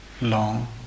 long